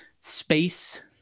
space